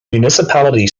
municipality